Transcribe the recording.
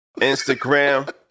Instagram